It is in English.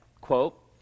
quote